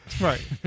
Right